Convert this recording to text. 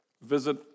Visit